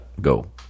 Go